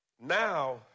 now